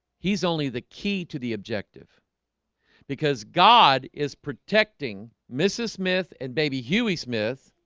he's only the key to the objective because god is protecting mrs. smith and baby huey smith